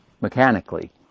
mechanically